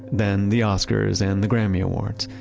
then the oscar's, and the grammy awards,